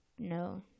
No